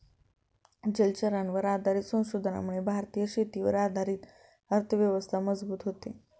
जलचरांवर आधारित संशोधनामुळे भारतीय शेतीवर आधारित अर्थव्यवस्था मजबूत होते